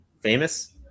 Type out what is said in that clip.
famous